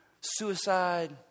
suicide